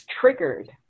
triggered